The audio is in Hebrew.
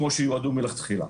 לדברים שהם יועדו אליהם מלכתחילה.